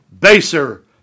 baser